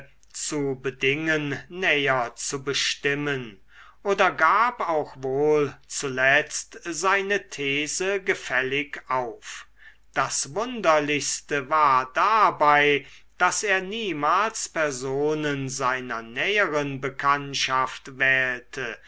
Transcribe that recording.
zu bedingen näher zu bestimmen und gab auch wohl zuletzt seine these gefällig auf das wunderlichste war dabei daß er niemals personen seiner näheren bekanntschaft wählte